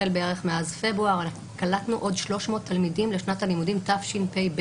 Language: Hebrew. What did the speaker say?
החל מאז פברואר אנחנו קלטנו עוד 300 תלמידים לשנת הלימודים תשפ"ב,